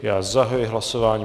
Já zahajuji hlasování.